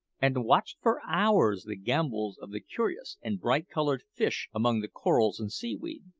and watched for hours the gambols of the curious and bright-coloured fish among the corals and seaweed.